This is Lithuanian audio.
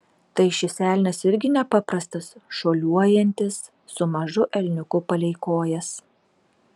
tai šis elnias irgi nepaprastas šuoliuojantis su mažu elniuku palei kojas